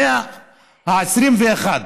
במאה ה-21,